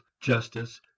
justice